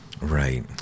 Right